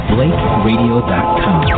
BlakeRadio.com